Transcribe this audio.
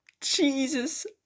Jesus